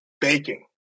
baking